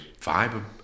vibe